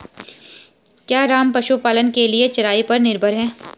क्या राम पशुपालन के लिए चराई पर निर्भर है?